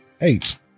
Eight